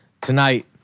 tonight